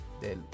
del